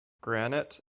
granite